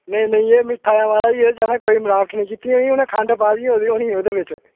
नेईं नेईं एह् मिट्ठा ऐ म्हाराज इदे च असें कोई मिलावट निं कीती ओह् जी उ'नें खंड पाए दी होनी उदे बिच्च